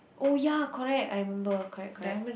oh ya correct I remember correct correct